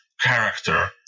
character